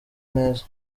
neza